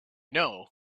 know